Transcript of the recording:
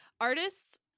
artists